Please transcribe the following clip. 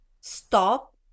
stop